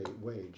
wage